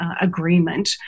Agreement